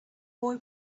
boy